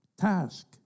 task